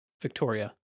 Victoria